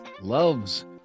loves